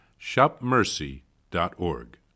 shopmercy.org